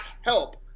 help